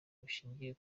bushingiye